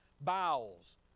bowels